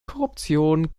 korruption